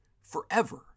forever